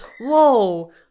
Whoa